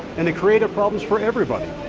and it created problems for everybody.